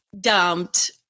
dumped